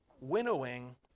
winnowing